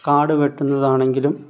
കാട് വെട്ടുന്നതാണെങ്കിലും